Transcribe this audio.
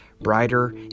brighter